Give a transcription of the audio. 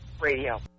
Radio